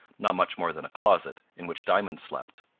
not much more than a closet, in which diamond slept.